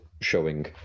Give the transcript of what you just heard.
showing